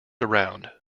around